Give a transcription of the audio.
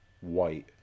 white